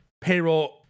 payroll